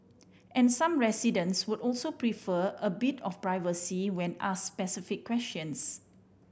and some residents would also prefer a bit of privacy when ask specific questions